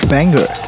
Banger